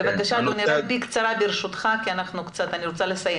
בבקשה, רק ברשותך בקצרה כי אני רוצה לסיים.